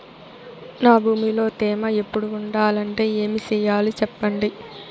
నా భూమిలో తేమ ఎప్పుడు ఉండాలంటే ఏమి సెయ్యాలి చెప్పండి?